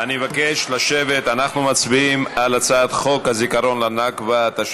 אם זה מוצא חן בעינייך אז זה מוצא חן בעינייך,